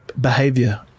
behavior